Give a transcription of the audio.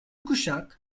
kuşak